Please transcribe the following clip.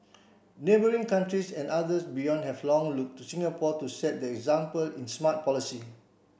neighbouring countries and others beyond have long looked to Singapore to set the example in smart policy